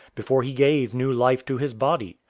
before he gave new life to his body.